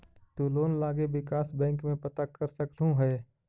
तु लोन लागी विकास बैंक में पता कर सकलहुं हे